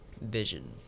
Vision